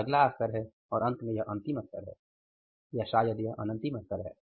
यह अगला स्तर है और अंत में यह अंतिम स्तर है या शायद यह अनंतिम स्तर है